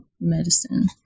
medicine